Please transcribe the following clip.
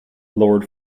lord